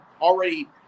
already